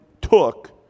took